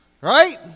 Right